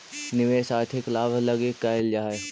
निवेश आर्थिक लाभ लगी कैल जा हई